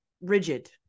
rigid